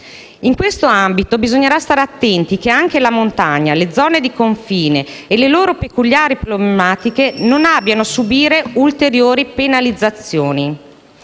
In questo ambito bisognerà stare attenti che anche la montagna, le zone di confine e le loro peculiari problematiche non abbiano a subire ulteriori penalizzazioni.